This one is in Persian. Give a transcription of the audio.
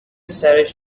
سرش